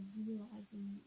realizing